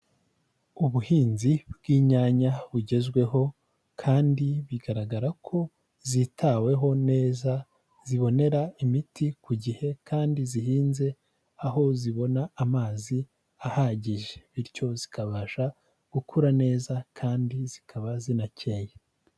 Ubuhinzi bw'inyanya bugezweho kandi bigaragara ko zitaweho neza, zibonera imiti ku gihe kandi zihinze aho zibona amazi ahagije, bityo zikabasha gukura neza kandi zikaba zinakeye.